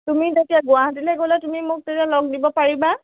তুমি তেতিয়া গুৱাহাটীলৈ গ'লে তুমি মোক তেতিয়া লগ দিব পাৰিবা